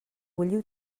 bulliu